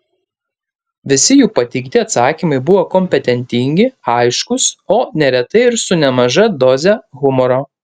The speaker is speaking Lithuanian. visi jų pateikti atsakymai buvo kompetentingi aiškūs o neretai ir su nemaža doze humoro